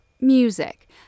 music